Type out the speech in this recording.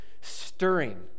stirring